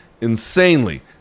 insanely